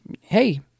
Hey